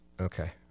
Okay